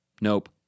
Nope